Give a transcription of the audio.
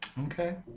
Okay